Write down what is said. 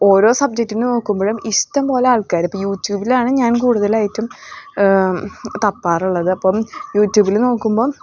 ഓരോ സബ്ജെക്റ്റിന് നോക്കുമ്പോഴും ഇഷ്ടം പോലെ ആൾക്കാർ ഇപ്പോൾ യൂട്യൂബിലാണ് ഞാൻ കൂടുതലായിട്ടും തപ്പാറുള്ളത് അപ്പം യൂട്യൂബിൽ നോക്കുമ്പോൾ